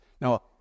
Now